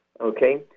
Okay